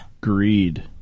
greed